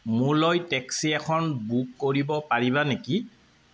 মোৰলৈ টেক্সি এখন বুক কৰিব পাৰিবা নেকি